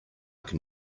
can